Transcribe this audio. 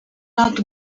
not